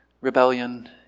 rebellion